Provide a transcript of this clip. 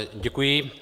Děkuji.